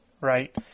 right